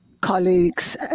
colleagues